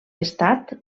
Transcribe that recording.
estat